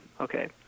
Okay